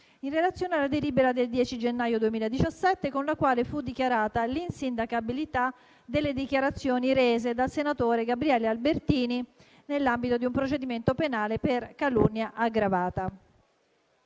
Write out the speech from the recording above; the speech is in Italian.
in relazione alla delibera del 10 gennaio 2017 con la quale fu dichiarata l'insindacabilità delle dichiarazioni rese dal senatore Gabriele Albertini nell'ambito di un procedimento penale per calunnia aggravata.